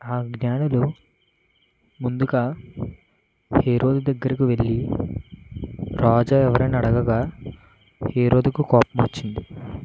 ఆ జ్ఞానులు ముందుగా హేరోదు దగ్గరకు వెళ్ళి రాజా ఎవరని అడగగా హేరోదుకు కోపం వచ్చింది